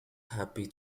happy